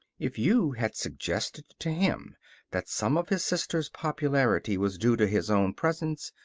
if you had suggested to him that some of his sisters' popularity was due to his own presence,